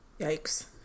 Yikes